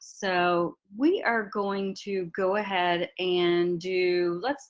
so we are going to go ahead and. let's